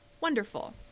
wonderful